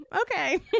okay